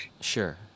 Sure